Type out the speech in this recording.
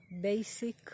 basic